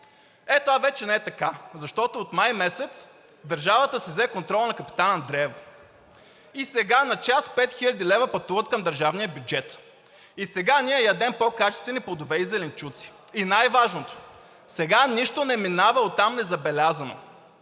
това вече не е така, защото от май месец държавата си взе контрола на Капитан Андреево и сега на час 5000 лв. пътуват към държавния бюджет, и сега ние ядем по-качествени плодове и зеленчуци. И най-важното – сега нищо не минава оттам незабелязано.